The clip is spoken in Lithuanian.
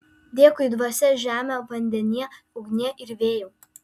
dėkui dvasia žeme vandenie ugnie ir vėjau